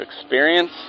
experience